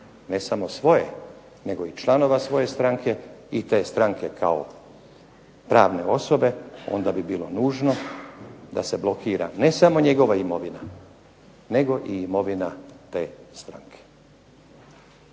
ne samo svoje nego i članove svoje stranke i te stranke kao pravne osobe onda bi bilo nužno da se blokira ne samo njegova imovina nego i imovina te stranke.